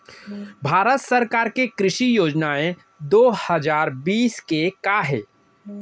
भारत सरकार के कृषि योजनाएं दो हजार बीस के का हे?